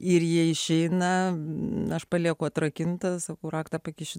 ir jie išeina aš palieku atrakintas sakau raktą pakišiu